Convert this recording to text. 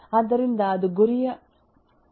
ಆದ್ದರಿಂದ ಅದು ಗುರಿಯ ಮಾಧ್ಯಮದ ಪ್ರಶ್ನೆ